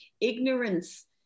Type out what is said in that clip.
ignorance